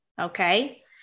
Okay